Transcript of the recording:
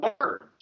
words